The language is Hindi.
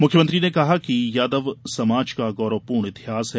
मुख्यमंत्री ने कहा कि यादव समाज का गौरवपूर्ण इतिहास है